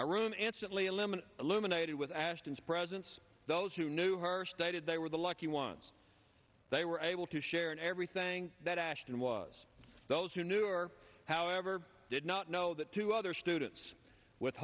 room instantly eliminate illuminated with ashton's presence those who knew her stated they were the lucky ones they were able to share in everything that ashton was those who knew or however did not know that two other students with